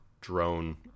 drone